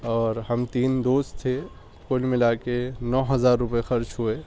اور ہم تین دوست تھے کل ملا کے نو ہزار روپے خرچ ہوئے